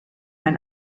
ein